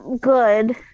good